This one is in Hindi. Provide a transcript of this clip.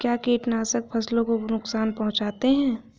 क्या कीटनाशक फसलों को नुकसान पहुँचाते हैं?